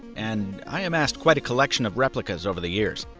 and i amassed quite a collection of replicas over the years.